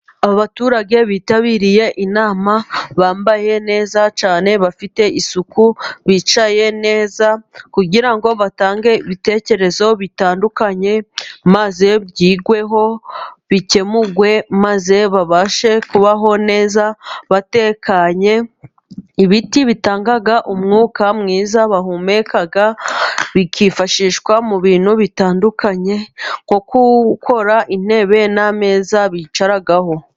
Aba baturage bitabiriye inama bambaye neza cyane, bafite isuku bicaye neza, kugira ngo batange ibitekerezo bitandukanye, maze byigweho bikemurwe, maze babashe kubaho neza batekanye; ibiti bitanga umwuka mwiza bahumeka bikifashishwa mu bintu bitandukanye, nko gukora intebe n' ameza bicaraho.